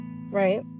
Right